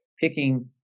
picking